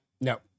No